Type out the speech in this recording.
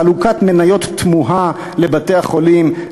חלוקת מניות תמוהה לבתי-החולים,